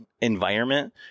environment